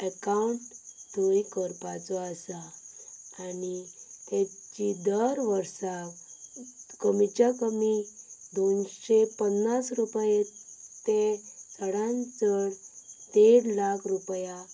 एकावंटूय करपाचो आसा आनी तांची दर वर्सा कमीच्या कमी दोनशे पन्नास रुपया ते चडांत चड देड लाख रुपया